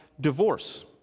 divorce